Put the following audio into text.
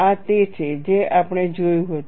આ તે છે જે આપણે જોયું હતું